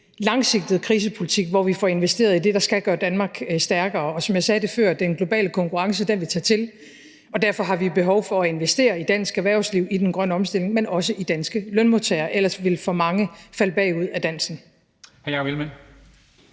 langsigtet krisepolitik, hvor vi får investeret i det, der skal gøre Danmark stærkere. Og som jeg sagde det før: Den globale konkurrence vil tage til. Og derfor har vi behov for at investere i dansk erhvervsliv, i den grønne omstilling, men også i danske lønmodtagere. Ellers vil for mange falde bagud af dansen.